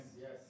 yes